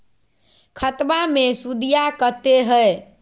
खतबा मे सुदीया कते हय?